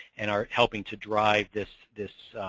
and are helping to drive this this